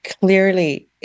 clearly